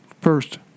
first